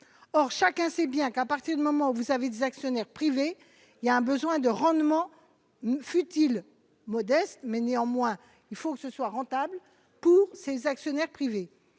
or chacun sait bien qu'à partir du moment où vous avez des actionnaires privés, il y a un besoin de rendement ne fût-il modeste mais néanmoins, il faut que ce soit rentable pour ses actionnaires privés